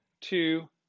two